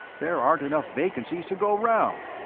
there aren't enough vacancies to go round.